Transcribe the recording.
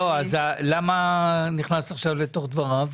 אז למה נכנסת עכשיו לתוך דבריו?